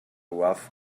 rough